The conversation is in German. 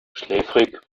schläfrig